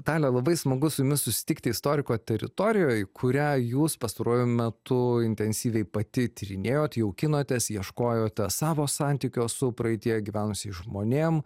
dalia labai smagu su jumis susitikti istoriko teritorijoj kurią jūs pastaruoju metu intensyviai pati tyrinėjot jaukinotės ieškojote savo santykio su praeityje gyvenusiais žmonėm